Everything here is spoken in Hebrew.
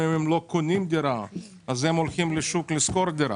אם הם לא קונים דירה, הם הולכים לשכור דירה.